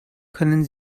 können